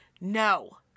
No